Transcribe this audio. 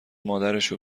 مادرشو